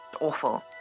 awful